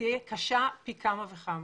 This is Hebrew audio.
תהיה קשה פי כמה וכמה.